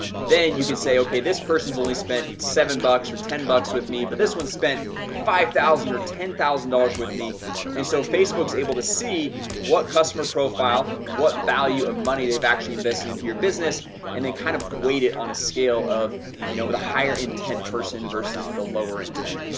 then you can say okay. this person's only spent seven bucks or ten bucks with me but this one's spent five thousand or ten thousand dollars with me and so facebook's able to see what customer profile what value of money they've actually invested into your business and then kind of weight it on a scale of you know? the higher intent person versus the lower intent,